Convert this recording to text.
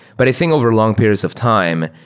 but i think over long periods of time,